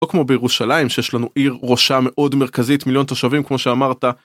לא כמו בירושלים שיש לנו עיר ראשה מאוד מרכזית מיליון תושבים כמו שאמרת.